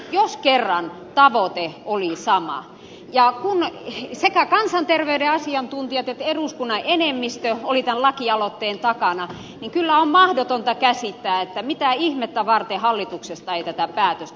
jos kerran tavoite oli sama ja sekä kansanterveyden asiantuntijat että eduskunnan enemmistö olivat tämän lakialoitteen takana niin kyllä on mahdotonta käsittää mitä ihmettä varten hallituksessa ei tätä päätöstä syntynyt